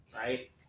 Right